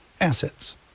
assets